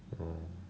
orh